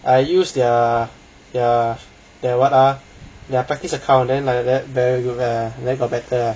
I use their their what ah their practice account then like that very good ah then got better ah